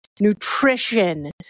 nutrition